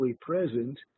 present